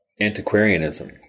antiquarianism